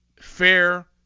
fair